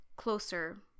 closer